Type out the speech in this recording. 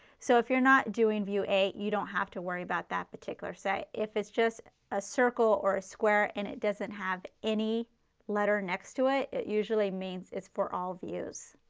so if you are not doing view a, a, you don't have to worry about that particular, say if it's just a circle or a square and it doesn't have any letter next to it, it usually means it's for all views.